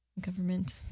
government